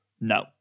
No